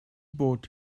bought